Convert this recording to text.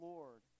Lord